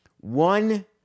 one